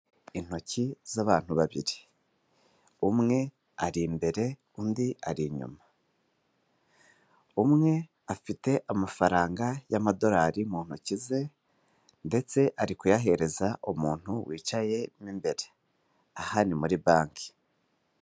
Intoki z'abantu babiri umwe ari imbere, undi ari inyuma. Umwe afite amafaranga y'amadolari mu ntoki ze ndetse ari kuyahereza umuntu wicaye mo imbere. aha ni muri banki.